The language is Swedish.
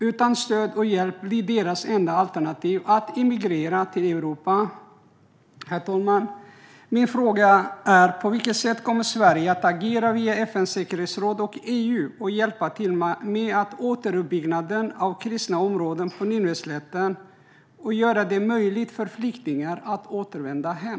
Utan stöd och hjälp blir deras enda alternativ att emigrera till Europa. Herr talman! Min fråga är: På vilket sätt kommer Sverige att agera via FN:s säkerhetsråd och EU och hjälpa till med återuppbyggnaden av kristna områden på Nineveslätten och göra det möjligt för flyktingar att återvända hem?